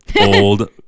old